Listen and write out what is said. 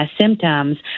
symptoms